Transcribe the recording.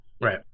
Right